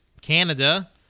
Canada